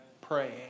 praying